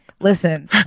Listen